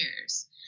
years